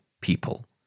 people